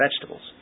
vegetables